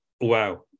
Wow